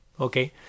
Okay